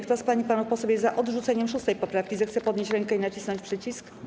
Kto z pań i panów posłów jest za odrzuceniem 6. poprawki, zechce podnieść rękę i nacisnąć przycisk.